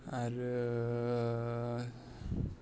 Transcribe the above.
आरो